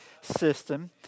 system